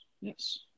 yes